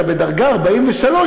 אתה בדרגה 43,